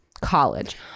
college